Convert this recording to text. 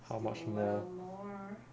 how much more